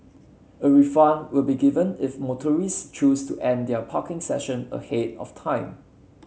a refund will be given if motorist choose to end their parking session ahead of time